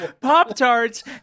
Pop-Tarts